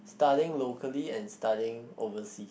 studying locally and studying overseas